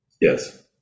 Yes